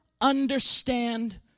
understand